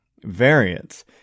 variance